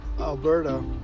Alberta